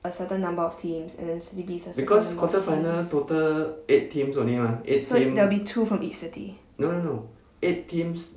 a certain number of teams and then city B is a certain number of teams so there will be two from each city